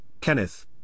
Kenneth